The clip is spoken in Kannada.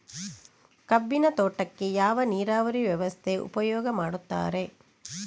ಕಬ್ಬಿನ ತೋಟಕ್ಕೆ ಯಾವ ನೀರಾವರಿ ವ್ಯವಸ್ಥೆ ಉಪಯೋಗ ಮಾಡುತ್ತಾರೆ?